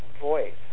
voice